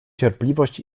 cierpliwość